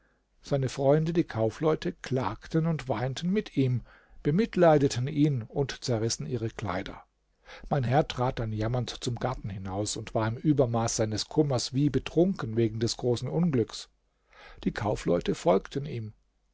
seine freunde die kaufleute klagten und weinten mit ihm bemitleideten ihn und zerrissen ihre kleider mein herr trat dann jammernd zum garten hinaus und war im übermaß seines kummers wie betrunken wegen des großen unglücks die kaufleute folgten ihm